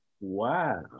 Wow